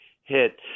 hit